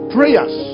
Prayers